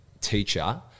teacher